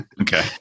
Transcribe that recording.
Okay